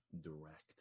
direct